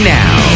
now